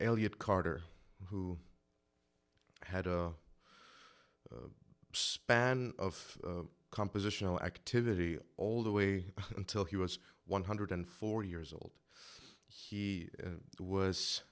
elliott carter who had a span of compositional activity all the way until he was one hundred and forty years old he was